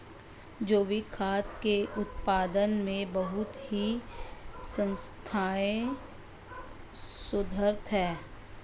जैविक खाद्य के उत्पादन में बहुत ही संस्थाएं शोधरत हैं